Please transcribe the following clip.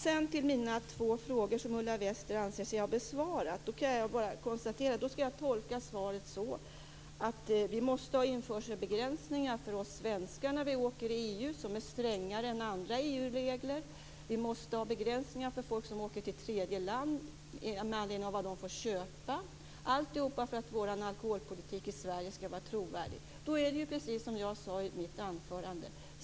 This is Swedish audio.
Sedan till mina två frågor, som Ulla Wester anser sig ha besvarat. Jag kan bara konstatera att jag då skall tolka svaret som att vi måste ha införselbegränsningar för oss svenskar när vi åker i EU som är strängare än andra EU-regler. Vi måste ha begränsningar för vad folk som åker till tredje land får köpa. Alltihop för att vår alkoholpolitik i Sverige skall vara trovärdig. Då är det ju precis som jag sade i mitt anförande.